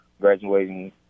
graduating